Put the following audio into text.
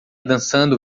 dançando